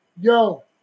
Yo